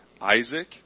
Isaac